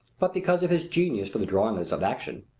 but because of his genius for the drawing of action,